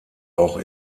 auch